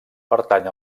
pertany